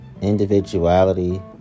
individuality